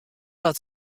wat